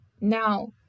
now